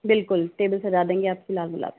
बिल्कुल टेबल सजा देंगे आपकी लाल गुलाब से